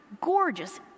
gorgeous